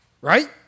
right